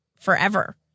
forever